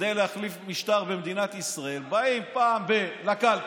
כדי להחליף משטר במדינת ישראל באים פעם ב- לקלפי,